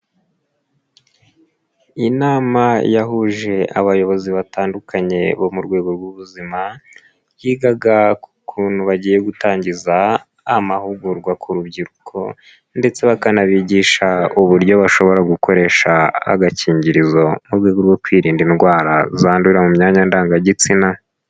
Inama yahuje abayobozi batandukanye bo mu rwego rw'ubuzima, yigaga ku kuntu bagiye gutangiza amahugurwa ku rubyiruko ndetse bakanabigisha uburyo bashobora gukoresha agakingirizo mu rwego rwo kwirinda indwara zandurira mu myanya ndangagitsina.